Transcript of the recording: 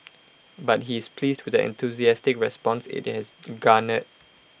but he is pleased with the enthusiastic response IT has garnered